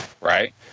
Right